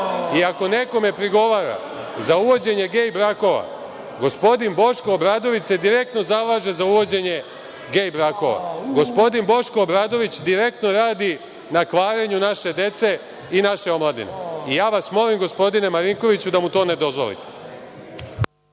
I ako nekome prigovara za uvođenje gej brakova, gospodin Boško Obradović se direktno zalaže za uvođenje gej brakova. Gospodin Boško Obradović direktno radi na kvarenju naše dece i naše omladine. Ja vas molim, gospodine Marinkoviću, da mu to ne dozvolite.